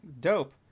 dope